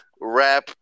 rap